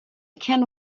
can